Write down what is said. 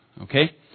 Okay